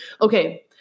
Okay